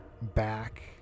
back